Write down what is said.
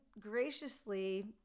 graciously